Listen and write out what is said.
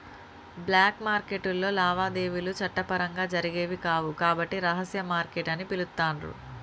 black మార్కెట్టులో లావాదేవీలు చట్టపరంగా జరిగేవి కావు కాబట్టి రహస్య మార్కెట్ అని పిలుత్తాండ్రు